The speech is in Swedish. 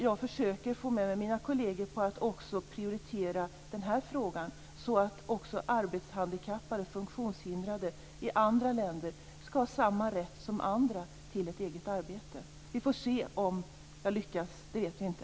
Jag försöker få med mig mina kolleger att också prioritera den frågan, så att också arbetshandikappade och funktionshindrade i andra länder skall ha samma rätt som andra till ett eget arbete. Vi får se om jag lyckas. Det vet jag inte.